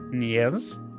Yes